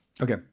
Okay